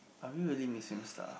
are we really missing stuff